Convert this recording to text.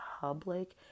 public